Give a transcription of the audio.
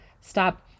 Stop